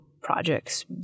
projects